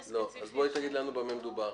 תגידי לנו במה מדובר.